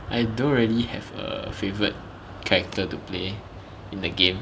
I don't really have a favourite character to play in the game